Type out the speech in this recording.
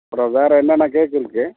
அப்புறோம் வேறு என்னென்ன கேக் இருக்குது